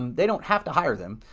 and they don't have to hire them.